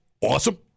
awesome